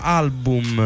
album